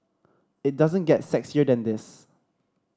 it doesn't get sexier than this